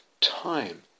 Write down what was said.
time